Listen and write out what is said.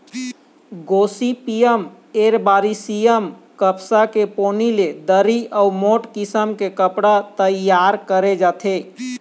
Gossypium arboreum कपसा के पोनी ले दरी अउ मोठ किसम के कपड़ा तइयार करे जाथे